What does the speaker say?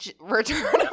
Return